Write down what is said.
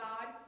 God